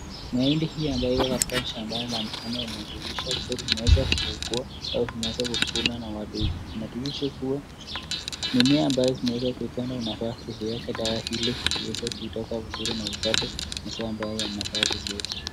Mahindi hii ambayo iko katika shambani kuwa limeweza kukuwa, au kukuliwa na wadudu inatimisha kuwa mimea ambayo umeweza kuipanda unakisha kuweka dawa hili ili kumea vizuri.